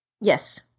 yes